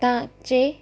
तव्हांजे